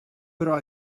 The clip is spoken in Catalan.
però